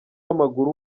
w’amaguru